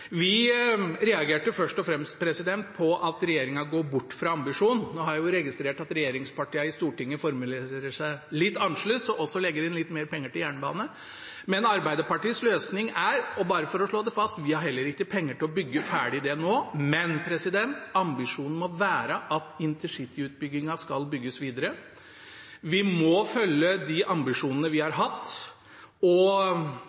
Vi reagerte først og fremst på at regjeringen går bort fra ambisjonen. Jeg har registrert at regjeringspartiene i Stortinget formulerer seg litt annerledes og også legger inn litt mer penger til jernbane. Arbeiderpartiet har en løsning, og bare for å slå det fast: Vi har heller ikke penger til å bygge det ferdig nå, men ambisjonen må være at intercityutbyggingen skal videreføres. Vi må følge de ambisjonene vi har hatt, og